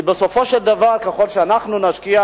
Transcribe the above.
כי בסופו של דבר, ככל שנשקיע,